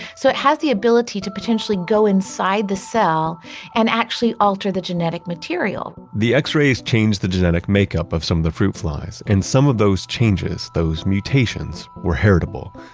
so it has the ability to potentially go inside the cell and actually alter the genetic material the x-rays changed the genetic makeup of some of the fruit flies and some of those changes, those mutations were heritable,